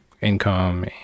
income